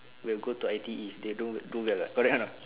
will go to I_T_E they don't do well [what] correct or not